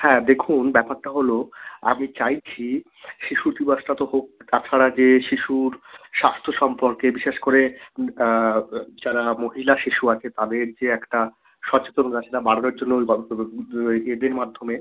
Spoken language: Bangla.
হ্যাঁ দেখুন ব্যাপারটা হলো আমি চাইছি শিশু দিবসটা তো হোক তাছাড়া যে শিশুর স্বাস্থ্য সম্পর্কে বিশেষ করে যারা মহিলা শিশু আছে তাদের যে একটা সচেতনতা সেটা বাড়ানোর জন্য ওই এদের মাধ্যমে